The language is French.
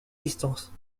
distance